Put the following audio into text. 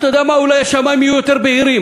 אתה יודע מה, אולי השמים יהיו יותר בהירים.